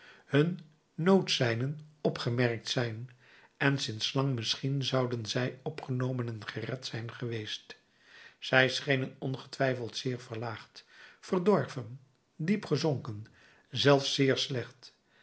hun noodseinen opgemerkt zijn en sinds lang misschien zouden zij opgenomen en gered zijn geweest zij schenen ongetwijfeld zeer verlaagd verdorven diep gezonken zelfs zeer slecht